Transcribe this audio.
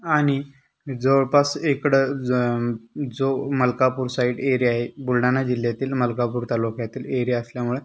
आणि जवळपास इकडं जो मलकापूर साईड एरिया आहे बुलढाणा जिल्ह्यातील मलकापूर तालुक्यातील एरिया असल्यामुळे